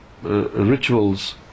Rituals